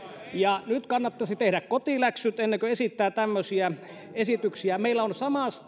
nyt kannattaisi tehdä kotiläksyt ennen kuin esittää tämmöisiä esityksiä meillä on